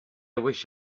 wish